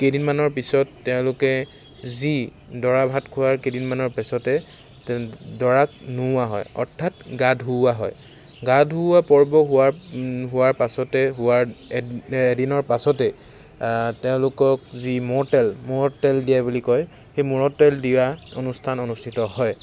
কেইদিনমানৰ পিছত তেওঁলোকে যি দৰা ভাত খোওৱাৰ কেইদিনমানৰ পিছতে দৰাক নুওৱা হয় অৰ্থাৎ গা ধোওৱা হয় গা ধোওৱা পৰ্ব হোৱাৰ হোৱাৰ পাছতে হোৱাৰ এ এদিনৰ পাছতে তেওঁলোকক যি মুৰত তেল মুৰত তেল দিয়া বুলি কয় সেই মুৰত তেল দিয়া অনুষ্ঠান অনুষ্ঠিত হয়